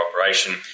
operation